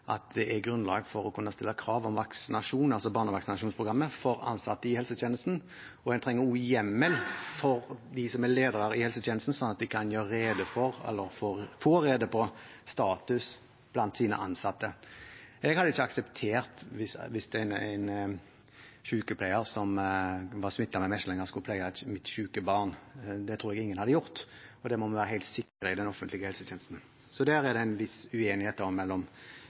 at det er grunnlag for å kunne stille krav om vaksinasjon, altså barnevaksinasjonsprogrammet, for ansatte i helsetjenesten. En trenger også hjemmel for dem som er ledere i helsetjenesten, slik at de kan få rede på status blant sine ansatte. Jeg hadde ikke akseptert det hvis en sykepleier som var smittet med meslinger, skulle pleie mitt syke barn – det tror jeg ingen hadde gjort. Der må vi være helt sikre i den offentlige helsetjenesten, så der er det en viss uenighet mellom